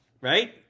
Right